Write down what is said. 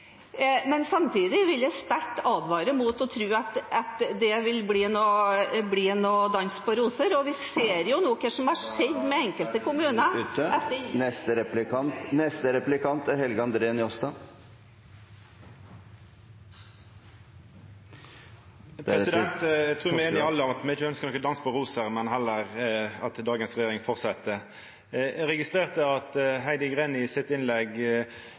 Men samtidig vil jeg sterkt advare mot å tro at det vil bli noen dans på roser, og vi ser jo hva som har skjedd med enkelte kommuner etter omleggingen av inntektssystemet. Eg trur me alle er einige om at me ikkje ønskjer nokon dans på roser, men heller at dagens regjering held fram. Eg registrerte at Heidi Greni i sitt innlegg